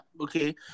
okay